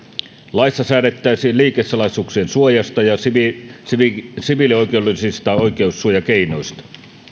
laissa säädettäisiin liikesalaisuuksien suojasta ja siviilioikeudellisista oikeussuojakeinoista